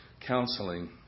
Counseling